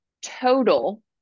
total